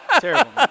terrible